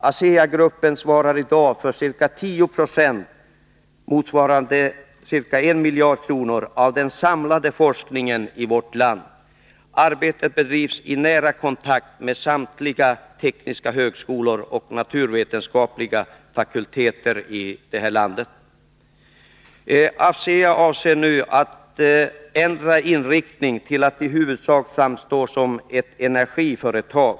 ASEA-gruppen svarar i dag för ca 10 96, motsvarande ca 1 miljard kronor, av den samlade forskningen i vårt land. Arbetet bedrivs i nära kontakt med samtliga tekniska högskolor och naturvetenskapliga fakulteter i landet. ASEA avser nu att ändra sin inriktning och kommer att i huvudsak framstå som ett energiföretag.